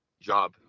job